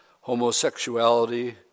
homosexuality